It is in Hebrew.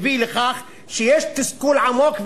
מביא לכך שיש תסכול עמוק,